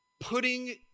Putting